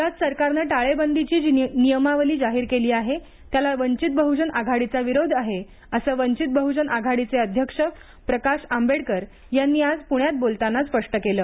राज्यात सरकारने टाळेबंदीची जी नियमावली जाहीर केली आहे त्याला वंचित बहुजन आघाडीचा विरोध आहे असं वंचित बहुजन आघाडीचे अध्यक्ष प्रकाश आंबेडकर यांनी आज प्ण्यात बोलताना स्पष्ट केलं